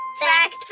Fact